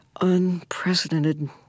unprecedented